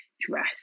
dress